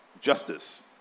justice